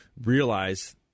realize